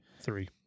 Three